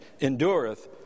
endureth